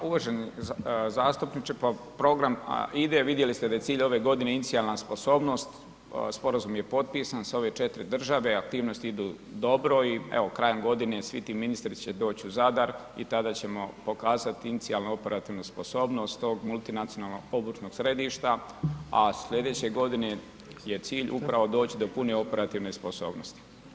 Pa uvaženi zastupniče, pa program ide, vidjeli ste da je cilj ove godine inicijalna sposobnost, sporazum je potpisan sa ove četiri države, aktivnosti idu dobro i evo krajem godine svi ti ministri će doći u Zadar i tada ćemo pokazati inicijalnu operativnu sposobnost tog multinacionalnog obučnog središta a sljedeće godine je cilj upravo doći do pune operativne sposobnosti.